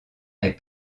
est